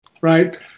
Right